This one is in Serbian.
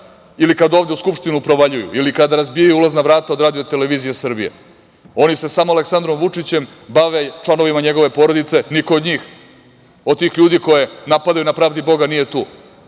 ili kad ovde u Skupštinu provaljuju ili kada razbijaju ulazna vrata od RTS. Oni se samo Aleksandrom Vučićem bave, članovima njihove porodice, niko od njih, od tih ljudi koje napadaju na pravdi boga nije tu.